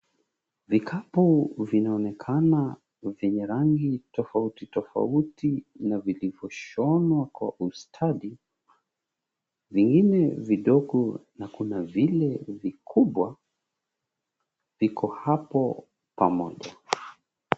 Vikapu vinaonekana vyenye rangi tofauti tofauti na vilivyoshonwa kwa ustadi. Vingine vidogo na kuna vile vikubwa, viko hapo pamoja.